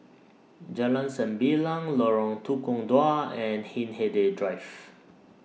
Jalan Sembilang Lorong Tukang Dua and Hindhede Drive